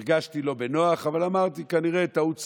הרגשתי לא בנוח, אבל אמרתי: כנראה טעות סופר.